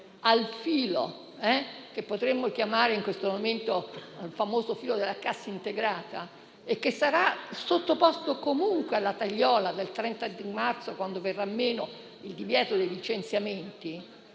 al filo, che potremmo chiamare in questo momento il famoso filo della cassa integrata e che sarà sottoposto comunque alla tagliola del 30 marzo, quando verrà meno il divieto dei licenziamenti.